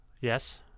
Yes